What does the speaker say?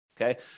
Okay